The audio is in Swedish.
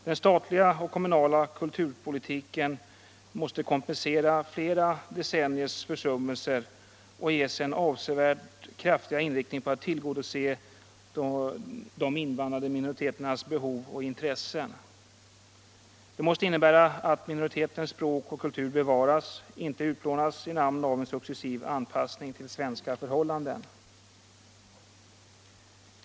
Den statliga och kommunala kulturpolitiken måste kompensera flera decenniers försummelser och avsevärt kraftigare inriktas på att tillgodose de invandrade minoriteternas behov och intressen. Detta måste innebära att minoriteternas språk och kultur bevaras, inte att de utplånas i namn av en successiv anpassning till svenska förhållanden.